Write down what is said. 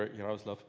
jaroslaw.